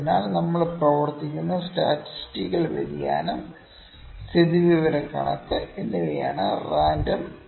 അതിനാൽ നമ്മൾ പ്രവർത്തിക്കുന്ന സ്റ്റാറ്റിസ്റ്റിക്കൽ വ്യതിയാനം സ്ഥിതിവിവരക്കണക്ക് എന്നിവയാണ് റാൻഡം എറർ